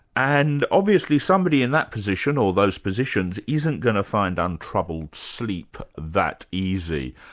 and obviously somebody in that position, or those positions, isn't going to find untroubled sleep that easy,